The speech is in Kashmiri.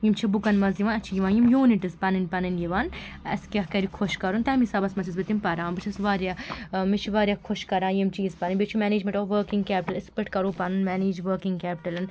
یِم چھِ بُکَن منٛز یِوان اَتھ چھِ یِوان یِم یوٗنٹٕز پَنٕنۍ پَنٕنۍ یِوان اسہِ کیٛاہ کَرِ خۄش کَرُن تَمہِ حِسابَس منٛز چھیٚس بہٕ تِم پَران بہٕ چھیٚس واریاہ ٲں مےٚ چھِ واریاہ خۄش کَران یِم چیٖز پَرٕنۍ بیٚیہِ چھِ منیجمیٚنٛٹ آف ؤرکِنٛگ کیٚپٹِل أسۍ کِتھ پٲٹھۍ کَرو پَنُن مینیج وٕرکِنٛگ کیٚپٹِل